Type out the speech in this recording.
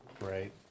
Right